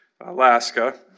Alaska